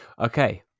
okay